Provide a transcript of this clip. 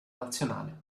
nazionale